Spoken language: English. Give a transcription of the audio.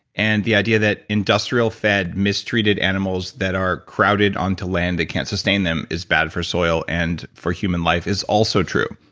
and the idea that industrial fed, mistreated animals that are crowded onto land they can't sustain them is bad for soil and for human life, is also true.